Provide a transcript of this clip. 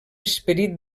esperit